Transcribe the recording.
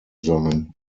sein